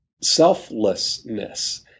selflessness